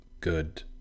good